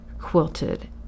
quilted